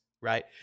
right